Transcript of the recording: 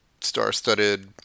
star-studded